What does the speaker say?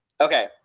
okay